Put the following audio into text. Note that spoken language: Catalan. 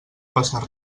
passar